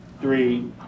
three